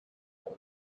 code